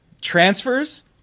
Transfers